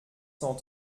cent